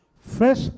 fresh